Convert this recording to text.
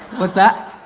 what's that?